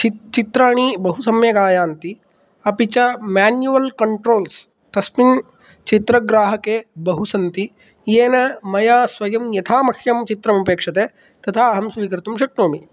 चि चित्राणि बहु सम्यक् आयान्ति अपि च मेन्युवल् कन्ट्रोल्स् तस्मिन् चित्रग्राहके बहु सन्ति येन मया स्वयं यथा मह्यं चित्रम् अपेक्षते तथा अहं स्वीकर्तुं शक्नोमि